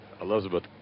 Elizabeth